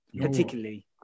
particularly